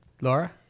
Laura